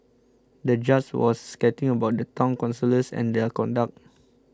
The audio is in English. the judge was scathing about the Town Councillors and their conduct